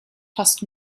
fast